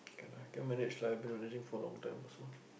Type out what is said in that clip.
can lah can manage you have been in a relationship for a long time also